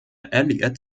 elliot